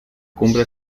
cumbre